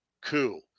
coup